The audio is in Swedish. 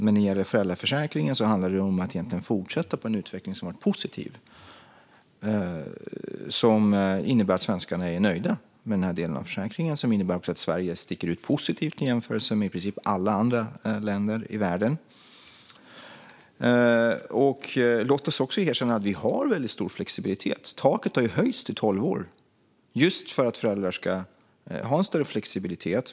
Men när det gäller föräldraförsäkringen handlar det om att fortsätta den positiva utvecklingen, som innebär att svenskarna är nöjda med den här delen av försäkringen och att Sverige sticker ut positivt i jämförelse med i princip alla andra länder i världen. Låt oss också erkänna att vi har en väldigt stor flexibilitet i föräldraförsäkringen. Taket har ju höjts till tolv år just för att föräldrar ska ha en större flexibilitet.